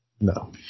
No